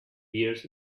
years